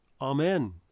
Amen